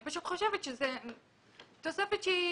אני פשוט חושבת שזאת תוספת שהיא